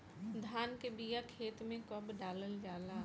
धान के बिया खेत में कब डालल जाला?